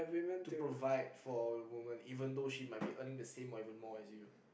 to provide for a woman even though she might be earning the same or even more as you